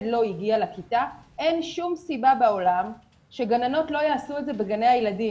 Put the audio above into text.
לא הגיע לכיתה אין שום סיבה בעולם שגננות לא יעשו את זה בגני הילדים.